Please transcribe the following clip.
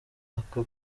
aka